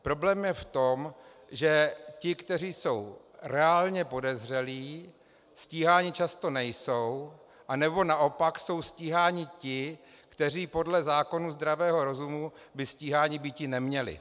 Problém je v tom, že ti, kteří jsou reálně podezřelí, stíháni často nejsou, anebo naopak jsou stíháni ti, kteří podle zákonů zdravého rozumu by stíháni býti neměli.